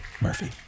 Murphy